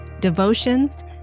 devotions